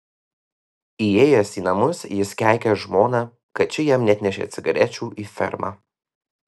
įėjęs į namus jis keikė žmoną kad ši jam neatnešė cigarečių į fermą